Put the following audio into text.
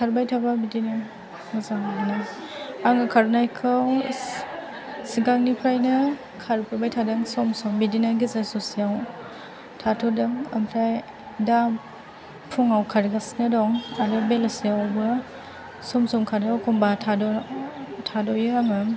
खारबाय थाबा बिदिनो मोजां मोनो आङो खारनायखौ सिगांनिफ्रायनो खारबोबाय थादों सम सम बिदिनो गेजेर ससेयाव थाथ'दों ओमफ्राय दा फुंआव खारगासिनो दं आरो बेलासियावबो सम सम खारो एखमबा थाद'यो आङो